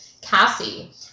Cassie